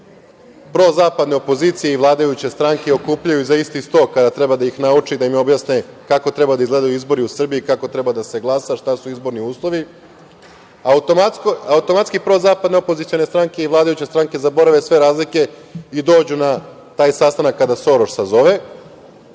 prozapadne opozicije i vladajuće stranke okupljaju za isti sto kada treba da ih nauče, da im objasne kako treba da izgledaju izbori u Srbiji, kako treba da se glasa, šta su izborni uslovi. Automatski prozapadne opozicione stranke i vladajuće stranke zaborave sve razlike i dođu na taj sastanak kada Soroš sazove